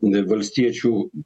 n valstiečių